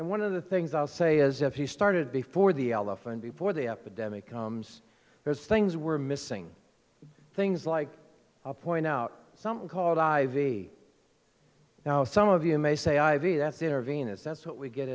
and one of the things i'll say is if he started before the elephant before the epidemic comes those things we're missing things like point out something called ivy now some of you may say ivy that's intervene as that's what we get